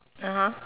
(uh huh)